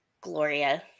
Gloria